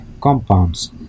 compounds